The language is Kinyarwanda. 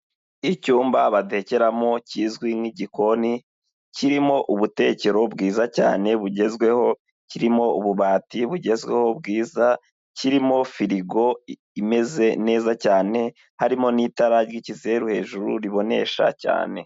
Icyumba batekeramo kizwi nk'igikoni, kirimo ubutekero bwiza cyane bugezweho, kirimo ububati bugezweho bwiza, kirimo firigo imeze neza cyane, harimo n'itara ry'ikizeru hejuru ribonesha cyane.